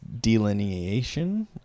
delineation